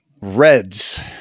reds